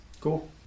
Cool